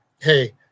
Hey